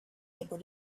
able